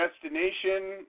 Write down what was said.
destination